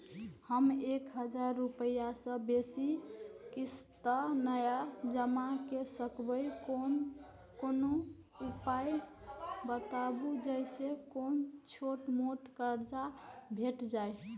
हम एक हजार रूपया से बेसी किस्त नय जमा के सकबे कोनो उपाय बताबु जै से कोनो छोट मोट कर्जा भे जै?